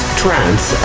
trance